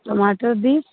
टमाटर भी